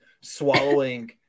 swallowing